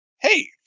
Hey